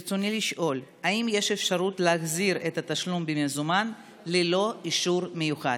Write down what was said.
ברצוני לשאול: האם יש אפשרות להחזיר את התשלום במזומן ללא אישור מיוחד?